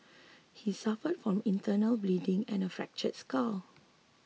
he suffered from internal bleeding and a fractured skull